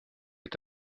est